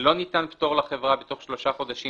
לא ניתן פטור לחברה בתוך שלושה חודשים